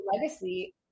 legacy